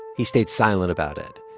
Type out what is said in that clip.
he stayed silent about it.